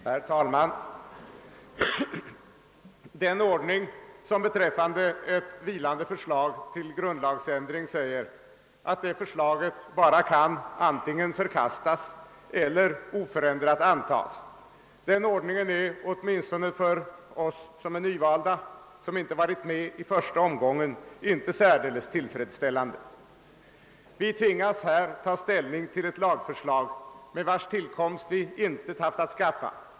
Herr talman! Den ordning, som beträffande ett vilande förslag till grundlagsändring säger, att ett sådant förslag bara kan antingen förkastas eller oförändrat antas, är åtminstone för oss som är nyvalda och som inte varit med i första omgången inte särdeles tillfredsställande. Vi tvingas nu att ta ställning till ett lagförslag, med vars tillkomst vi intet haft att skaffa.